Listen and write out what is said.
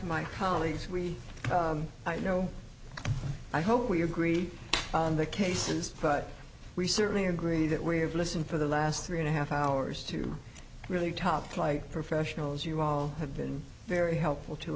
of my colleagues we i know i hope we agree on the cases but we certainly agree that we have listened for the last three and a half hours to really top flight professionals you all have been very helpful to